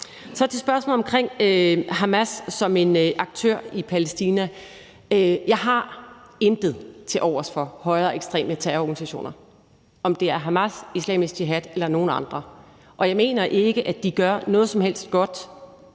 Så til spørgsmålet om Hamas som en aktør i Palæstina: Jeg har intet tilovers for højreekstreme terrororganisationer, om det er Hamas, Islamisk Jihad eller nogen andre, og jeg mener ikke, at de gør noget som helst godt